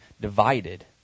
divided